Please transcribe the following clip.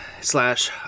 slash